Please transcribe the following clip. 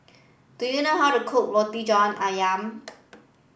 do you know how to cook Roti John Ayam